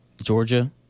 Georgia